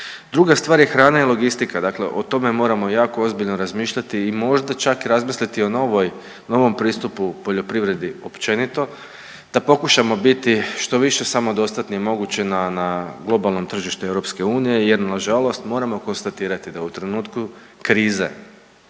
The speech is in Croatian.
Druga stvar je hrana i logistika. Dakle, o tome moramo jako ozbiljno razmišljati i možda čak i razmisliti o novoj, novom pristupu poljoprivredi općenito, da pokušamo što više samodostatni moguće na, na globalnom tržištu EU jer nažalost moramo konstatirati da u trenutku krize,